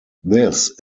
this